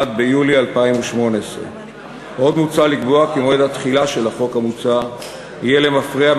1 ביולי 2018. עוד מוצע לקבוע כי מועד התחילה של החוק המוצע יהיה למפרע,